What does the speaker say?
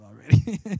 already